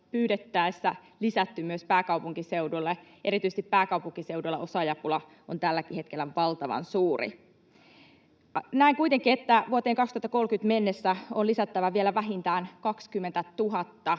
pyydettäessä lisätty myös pääkaupunkiseudulle. Erityisesti pääkaupunkiseudulla osaajapula on tälläkin hetkellä valtavan suuri. [Mari Rantanen: Samoin työttömien määrä!] Näen kuitenkin, että vuoteen 2030 mennessä on lisättävä vielä vähintään 20 000